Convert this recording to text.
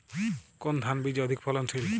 কোন ধান বীজ অধিক ফলনশীল?